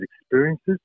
experiences